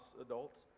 adults